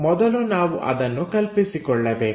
ಮೊದಲು ನಾವು ಅದನ್ನು ಕಲ್ಪಿಸಿಕೊಳ್ಳಬೇಕು